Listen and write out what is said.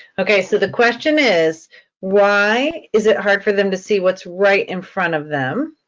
okay, so the question is why is it hard for them to see what's right in front of them?